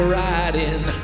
riding